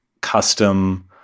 custom